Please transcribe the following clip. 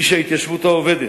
איש ההתיישבות העובדת,